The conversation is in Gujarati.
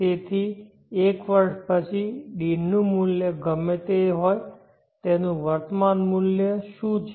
તેથી એક વર્ષ પછી D નું મૂલ્ય ગમે તે હોય તેનું મૂલ્ય વર્તમાનમાં શું છે